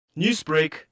Newsbreak